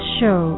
show